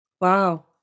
Wow